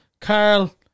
Carl